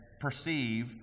perceive